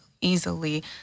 easily